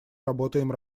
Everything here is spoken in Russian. работаем